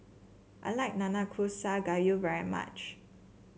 I like Nanakusa Gayu very much